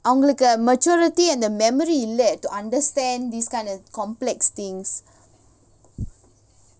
அவங்களுக்கு:avangalukku maturity and the memory இல்ல:illa to understand this kind of complex things